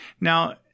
Now